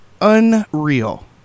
Unreal